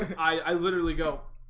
i literally go